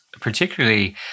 particularly